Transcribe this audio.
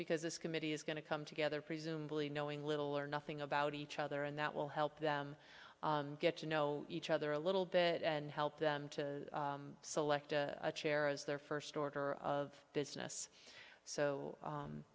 because this committee is going to come together presumably knowing little or nothing about each other and that will help them get to know each other a little bit and help them to select a chair as their first order of business so